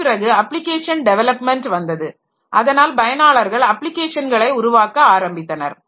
அதன்பிறகு application development வந்தது அதனால் பயனாளர்கள் அப்ளிகேஷன்களை உருவாக்க ஆரம்பித்தனர்